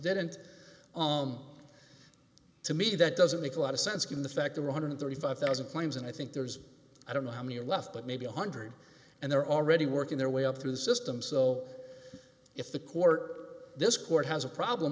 didn't on to me that doesn't make a lot of sense given the fact that one hundred thirty five thousand claims and i think there's i don't know how many are left but maybe a hundred and they're already working their way up through the system so if the court this court has a problem